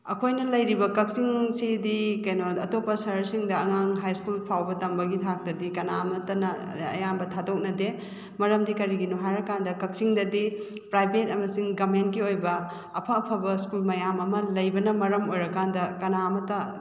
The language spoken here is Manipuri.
ꯑꯩꯈꯣꯏꯅ ꯂꯩꯔꯤꯕ ꯀꯛꯆꯤꯡꯁꯤꯗꯤ ꯀꯩꯅꯣ ꯑꯇꯣꯞꯄ ꯁꯍ꯭ꯔꯁꯤꯡꯗ ꯑꯉꯥꯡ ꯍꯥꯏ ꯁ꯭ꯀꯨꯜ ꯐꯥꯎꯕ ꯇꯝꯕꯒꯤ ꯊꯥꯛꯇꯗꯤ ꯀꯅꯥꯃꯠꯇꯅ ꯑꯌꯥꯝꯕ ꯊꯥꯗꯣꯛꯅꯗꯦ ꯃꯔꯝꯗꯤ ꯀꯔꯤꯒꯤꯅꯣ ꯍꯥꯏꯔ ꯀꯥꯟꯗ ꯀꯛꯆꯤꯡꯗꯗꯤ ꯄ꯭ꯔꯥꯏꯕꯦꯠ ꯑꯃꯁꯨꯡ ꯒꯃꯦꯟꯀꯤ ꯑꯣꯏꯕ ꯑꯐ ꯑꯐꯕ ꯁ꯭ꯀꯨꯜ ꯃꯌꯥꯝ ꯑꯃ ꯂꯩꯕꯅ ꯃꯔꯝ ꯑꯣꯏꯔꯀꯥꯟꯗ ꯀꯅꯥ ꯑꯃꯇ